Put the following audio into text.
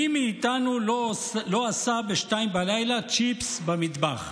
מי מאיתנו לא עשה ב-02:00 בלילה צ'יפס במטבח.